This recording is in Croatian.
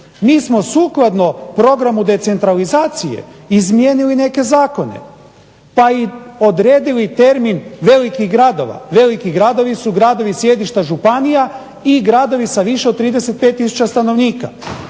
Mi smo sukladno programu decentralizacije izmijenili neke zakone pa i odredili termin velikih gradova. Veliki gradovi su gradovi sjedišta županija i gradovi sa više od 35 tisuća stanovnika.